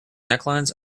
necklines